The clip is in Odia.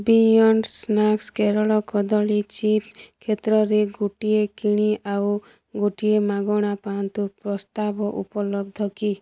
ବିୟଣ୍ଡ ସ୍ନାକ୍ସ କେରଳ କଦଳୀ ଚିପ୍ସ୍ କ୍ଷେତ୍ରରେ ଗୋଟିଏ କିଣି ଆଉ ଗୋଟିଏ ମାଗଣା ପାଆନ୍ତୁ ପ୍ରସ୍ତାବ ଉପଲବ୍ଧ କି